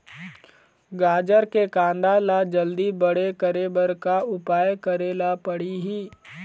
गाजर के कांदा ला जल्दी बड़े करे बर का उपाय करेला पढ़िही?